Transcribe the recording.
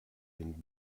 den